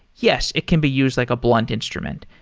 yes, it can be used like a blunt instrument.